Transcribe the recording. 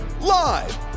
live